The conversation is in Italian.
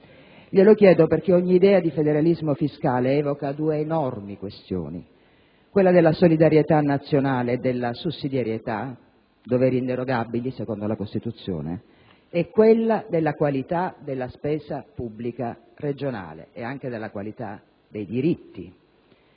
Glielo chiedo perché ogni idea di federalismo fiscale evoca due enormi questioni: quella della solidarietà nazionale e della sussidiarietà, doveri inderogabili secondo la Costituzione, e quella della qualità della spesa pubblica regionale e anche della qualità dei diritti.